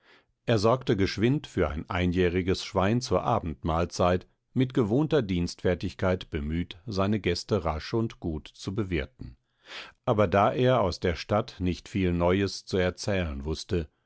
er sorgte geschwind für ein einjähriges schwein zur abendmahlzeit mit gewohnter dienstfertigkeit bemüht seine gäste rasch und gut zu bewirten aber da er aus der stadt nicht viel neues zu erzählen wußte